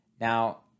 Now